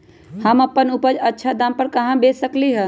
हम अपन उपज अच्छा दाम पर कहाँ बेच सकीले ह?